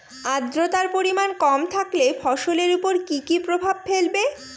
আদ্রর্তার পরিমান কম থাকলে ফসলের উপর কি কি প্রভাব ফেলবে?